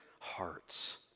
hearts